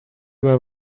were